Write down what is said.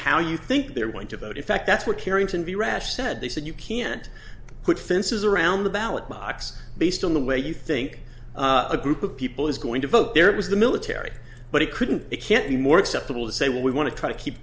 how you think they're going to vote in fact that's what carrington be rash said they said you can't put fences around the ballot box based on the way you think a group of people is going to vote there was the military but it couldn't it can't be more acceptable to say we want to try to keep